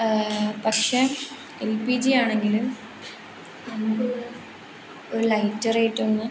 പക്ഷേ L P G ആണെങ്കിലും നമുക്ക് ഒരു ലൈറ്ററേറ്റൊന്ന്